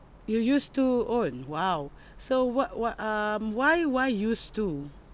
you used to own !wow! so what what um why why used to